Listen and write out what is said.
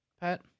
Pat